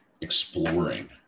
exploring